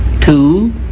Two